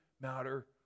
matter